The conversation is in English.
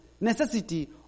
Necessity